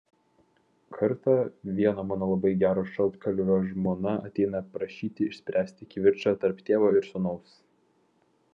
kartą vieno mano labai gero šaltkalvio žmona ateina prašyti išspręsti kivirčą tarp tėvo ir sūnaus